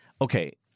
okay